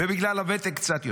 ובגלל הוותק, קצת יותר.